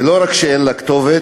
ולא רק שאין לה כתובת,